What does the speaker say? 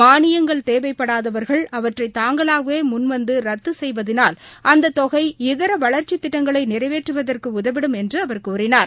மானியங்களைதேவைப்படாதவர்கள் அவற்றைதாங்களாகவேமுன் வந்துரத்துசெய்வதினால் அந்ததொகை இதரவளர்ச்சித் திட்டங்களைநிறைவேற்றுவதற்குஉதவிடும் என்றுஅவர் கூறினார்